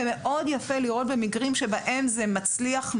יפה לראות, במקרים שבהם זה מצליח,